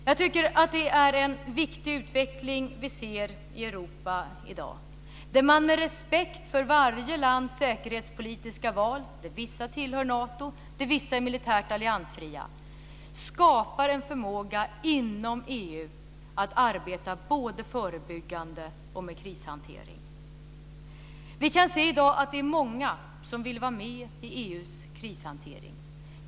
Jag tycker att det är en viktig utveckling som vi ser i Europa i dag, där man med respekt för varje lands säkerhetspolitiska val, där vissa tillhör Nato och där vissa är militärt alliansfria, skapar en förmåga inom EU att arbeta både förebyggande och med krishantering. Vi kan i dag se att det är många som vill vara med i EU:s krishantering.